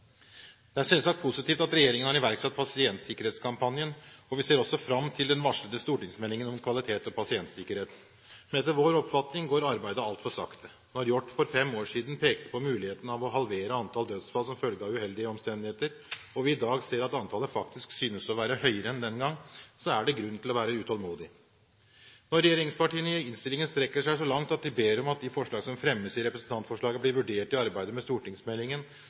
Det er selvsagt positivt at regjeringen har iverksatt pasientsikkerhetskampanjen, og vi ser også fram til den varslede stortingsmeldingen om kvalitet og pasientsikkerhet. Men etter vår oppfatning går arbeidet altfor sakte. Da Hjort for fem år siden pekte på muligheten for å halvere antallet dødsfall som følge av uheldige omstendigheter, og vi i dag ser at antallet faktisk synes å være høyere enn den gang, er det grunn til å være utålmodig. Når regjeringspartiene i innstillingen strekker seg så langt som å be om at de forslag som fremmes i representantforslaget blir vurdert i arbeidet med stortingsmeldingen,